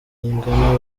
bayingana